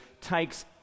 takes